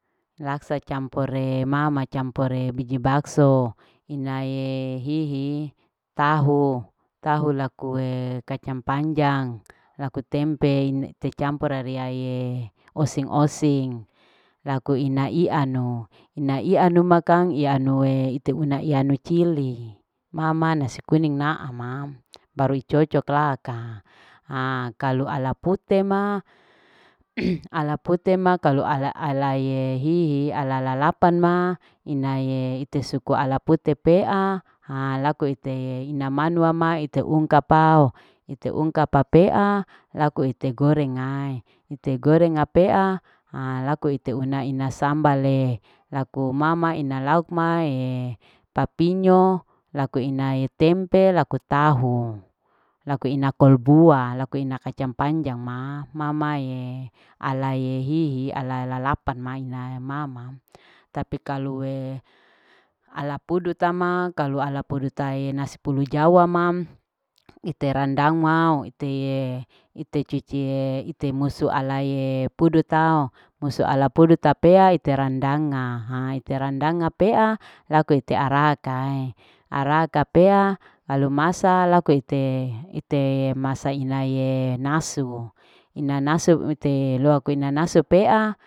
Laksa campure mama campure biji bakso inae hihi tahu lakue kacang panjang laku tempe ine te campur re riaie osing. osing laku ina ianu. ia ianu ma kang ianu ite una ianu cili mama nasi kuning naama batu icocok laaka haa kalu ala putr ma ala pute ma kalu ala ye hihi ala lalapan ma inae ite suku ala pea haa laku ite ina manua ma ite ungkapao ite ungkap papea laku ite gorenga ite goreng apea aa laku ite una laku mam ina laukma papinyo laku inae tempe laku tahu. laku ina kol bua. laku ina kacang panjang ma mamaealae hihi. alae lalapane maina mama tapi kalue ala pudu tama kalu ala pudu taie nasi pulu jama ma ite randang mao itee. ite cucie ite musue alae pudu tao musu ala pudu tapea ite randagao ha ite randag ngapea laku ite araa kae araa ka pea kalu masa laku ite masa inaye nasu inanasu ute loaku inanasu pea.